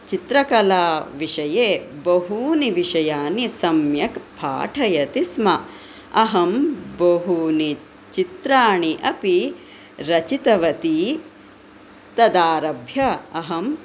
चित्रकलाविषये बहूनि विषयानि सम्यक् पाठयति स्म अहं बहूनि चित्राणि अपि रचितवती तदारभ्य अहं